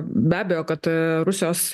be abejo kad rusijos